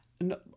No